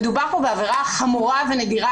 מדובר פה בעבירה חמורה ונדירה,